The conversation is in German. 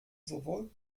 sowohl